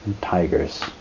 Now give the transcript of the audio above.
tigers